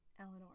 Eleanor